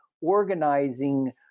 organizing